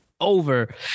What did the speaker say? over